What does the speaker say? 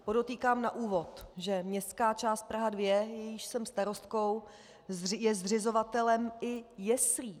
Podotýkám na úvod, že Městská část Praha 2, jejíž jsem starostkou, je zřizovatelem i jeslí.